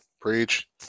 Preach